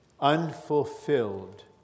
unfulfilled